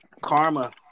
Karma